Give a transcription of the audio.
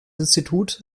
institut